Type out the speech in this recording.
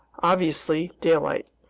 obviously daylight.